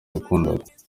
yakundaga